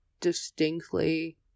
distinctly